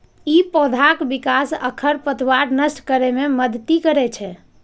ई पौधाक विकास आ खरपतवार नष्ट करै मे मदति करै छै